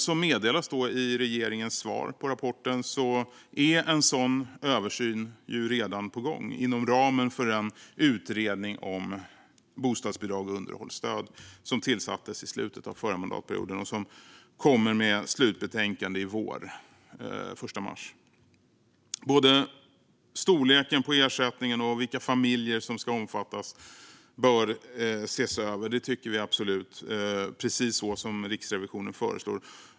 Som meddelas i regeringens svar på rapporten är en sådan översyn redan på gång inom ramen för den utredning om bostadsbidrag och underhållsstöd som tillsattes i slutet av förra mandatperioden och som kommer med slutbetänkande den 1 mars i vår. Både storleken på ersättningen och vilka familjer som ska omfattas bör ses över - det tycker vi absolut - precis så som Riksrevisionen föreslår.